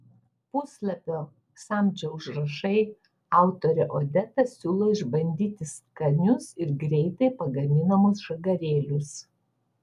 puslapio samčio užrašai autorė odeta siūlo išbandyti skanius ir greitai pagaminamus žagarėlius